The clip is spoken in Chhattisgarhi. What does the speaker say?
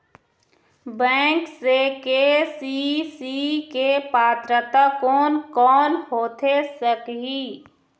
बैंक से के.सी.सी के पात्रता कोन कौन होथे सकही?